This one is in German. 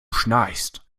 schnarchst